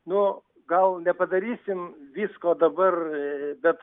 nu gal nepadarysim visko dabar bet